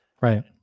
Right